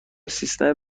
سیستم